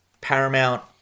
Paramount